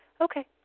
Okay